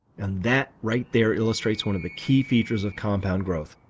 and that, right there, illustrates one of the key features of compound growth.